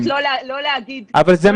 אני מבקשת לא להגיד דברים שאני